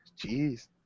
Jeez